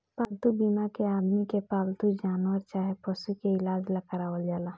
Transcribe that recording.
पालतू बीमा के आदमी के पालतू जानवर चाहे पशु के इलाज ला करावल जाला